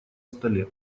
столе